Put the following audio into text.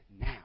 now